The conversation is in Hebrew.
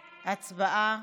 הצבעה.